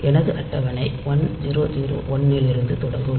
எனது அட்டவணை 1001 இலிருந்து தொடங்கும்